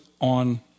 on